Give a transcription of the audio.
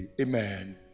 Amen